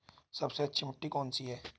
सबसे अच्छी मिट्टी कौन सी है?